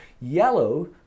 Yellow